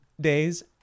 days